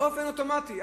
באופן אוטומטי,